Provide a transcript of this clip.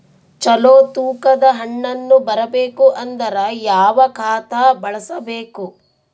ಚಲೋ ತೂಕ ದ ಹಣ್ಣನ್ನು ಬರಬೇಕು ಅಂದರ ಯಾವ ಖಾತಾ ಬಳಸಬೇಕು?